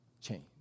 change